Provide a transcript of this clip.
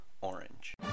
orange